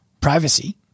privacy